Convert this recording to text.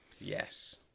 Yes